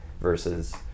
versus